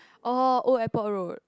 oh Old Airport Road